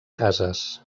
cases